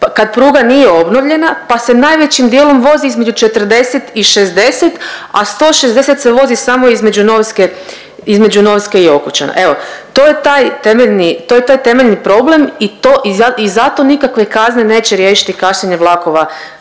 kad pruga nije obnovljena pa se najvećim dijelom vozi između 40 i 60, a 160 se vozi samo između Novske i Okučana. Evo, to je taj temeljni, to je taj temeljni problem i zato nikakve kazne neće riješiti kašnjenje vlakova